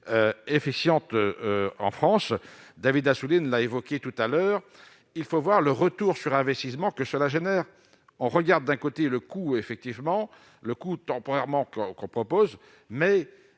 efficiente en France, David Assouline, l'a évoqué tout à l'heure, il faut voir le retour sur investissement que cela génère, on regarde d'un côté le effectivement le coup temporairement, quoi qu'on propose, mais